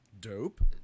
Dope